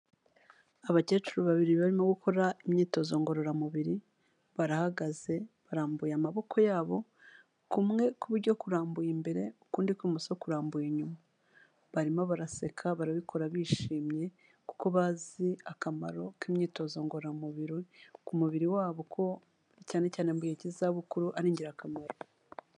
Abakecuru babiri barimo gukora imyitozo ngororamubiri, barahagaze, barambuye amaboko yabo, kumwe kw'iburyo kurambuye imbere, ukundi kw'ibumuso kurambuye inyuma, barimo baraseka, barabikora bishimye kuko bazi akamaro k'imyitozo ngororamubiri ku mubiri wabo ko cyane cyane mu gihe cy'izabukuru ari ingirakamaro.